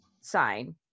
sign